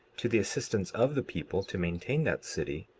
to the assistance of the people to maintain that city,